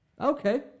okay